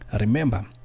Remember